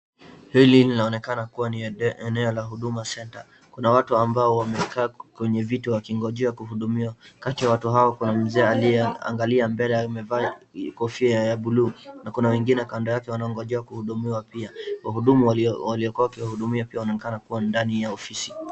Hili linaonekana kuwa ni eneo la Huduma Centre. Kuna watu ambao wamekaa kwenye viti wakigonjea kuhudumiwa. Kati ya watu hao kuna mzee aliyeangalia mbele amevaa kofia ya buluu na kuna wengine kando yake wanagonjea kuhudumiwa pia. Wahudumu waliokuwa wakiwahudumia pia wanakaa kuwa ndani ya ofisi.